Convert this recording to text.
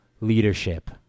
leadership